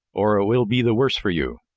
or it will be the worse for you!